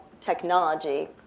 technology